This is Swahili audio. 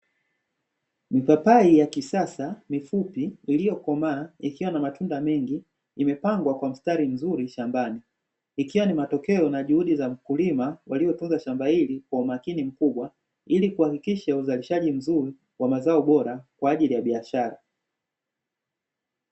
Mipapai ya kisasa mifupi iliyokomaa ikiwa na matunda mengi ,imepangwa kwa mstari mzuri shambani, ikiwa ni matokeo na juhudi za mkulima waliotunza shamba hili kwa umakini mkubwa, ili kuhakikisha uzalishaji mzuri wa mazao bora kwa ajili ya biashara.